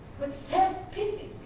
with self-pity